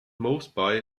moresby